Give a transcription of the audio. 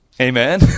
Amen